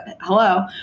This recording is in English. hello